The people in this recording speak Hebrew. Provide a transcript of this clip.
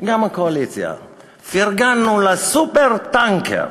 וגם הקואליציה פרגנו ל"סופר-טנקר"